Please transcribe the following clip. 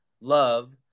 Love